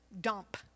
dump